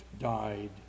died